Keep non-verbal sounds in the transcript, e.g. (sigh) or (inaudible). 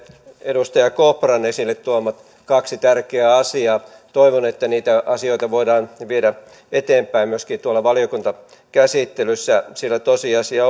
edustaja kopran esille tuomat kaksi tärkeää asiaa toivon että niitä asioita voidaan viedä eteenpäin myös tuolla valiokuntakäsittelyssä sillä tosiasia (unintelligible)